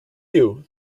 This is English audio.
you